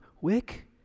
wick